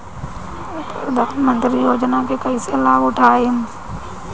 प्रधानमंत्री योजना के कईसे लाभ उठाईम?